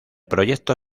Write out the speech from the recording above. proyecto